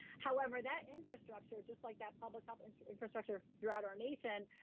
however, that infrastructure, just like that public health infrastructure throughout our nation,